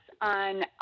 on